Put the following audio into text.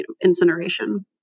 incineration